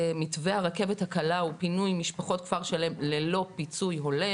מתווה הרכבת הקלה ופינוי משפחות כפר שלם ללא פיצוי הולם.